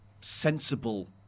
sensible